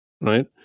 Right